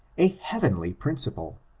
a heavenly principle,